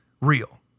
real